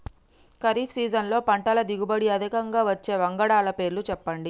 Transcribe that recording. ఖరీఫ్ సీజన్లో పంటల దిగుబడి అధికంగా వచ్చే వంగడాల పేర్లు చెప్పండి?